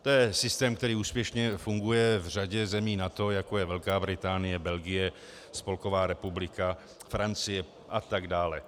To je systém, který úspěšně funguje v řadě zemí NATO, jako je Velká Británie, Belgie, Spolková republika, Francie a tak dále.